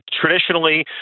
Traditionally